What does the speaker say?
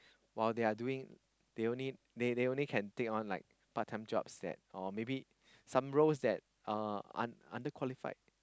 while they are doing they only they only can take on like part time jobs that or maybe some roles that uh un~ underqualified